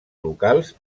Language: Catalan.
locals